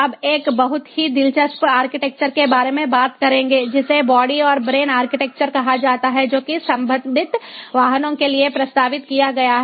अब एक बहुत ही दिलचस्प आर्किटेक्चर के बारे में बात करेंगे जिसे बॉडी और ब्रेन आर्किटेक्चर कहा जाता है जो कि संबंधित वाहनों के लिए प्रस्तावित किया गया है